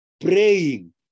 praying